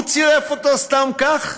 הוא צירף אותו סתם כך.